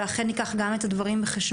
אנחנו אכן ניקח גם את הדברים בחשבון